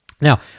Now